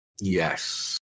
Yes